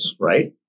right